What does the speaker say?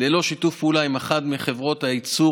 ללא שיתוף פעולה עם אחת מחברות הייצור